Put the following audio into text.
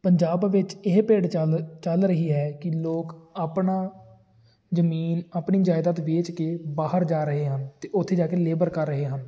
ਪੰਜਾਬ ਵਿੱਚ ਇਹ ਭੇਡ ਚਾਲ ਚੱਲ ਰਹੀਂ ਹੈ ਕਿ ਲੋਕ ਆਪਣਾ ਜ਼ਮੀਨ ਆਪਣੀ ਜਾਇਦਾਦ ਵੇਚ ਕੇ ਬਾਹਰ ਜਾ ਰਹੇ ਹਨ ਅਤੇ ਉੱਥੇ ਜਾ ਕੇ ਲੇਬਰ ਕਰ ਰਹੇ ਹਨ